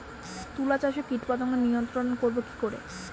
তুলা চাষে কীটপতঙ্গ নিয়ন্ত্রণর করব কি করে?